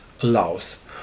allows